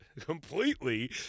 completely